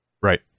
Right